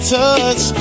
touch